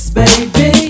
baby